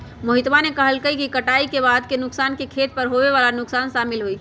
मोहितवा ने कहल कई कि कटाई के बाद के नुकसान में खेत पर होवे वाला नुकसान शामिल हई